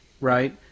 right